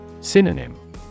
Synonym